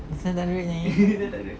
apa sia tak ada duit nyayi